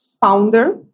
founder